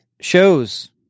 shows